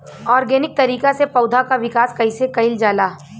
Organic तरीका से पौधा क विकास कइसे कईल जाला?